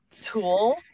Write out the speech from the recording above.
tool